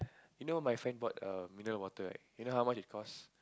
you know my friend bought err mineral water right you know how much it cost